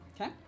Okay